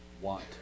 want